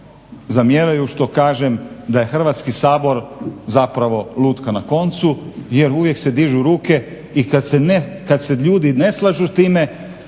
zamjeraju što kažem da je Hrvatski sabor zapravo lutka na koncu jer uvijek se dižu ruke i kad se ljudi ne slažu s time